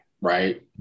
Right